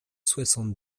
soixante